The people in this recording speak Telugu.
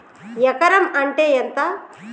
ఎకరం అంటే ఎంత?